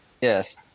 yes